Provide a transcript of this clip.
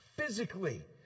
physically